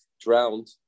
drowned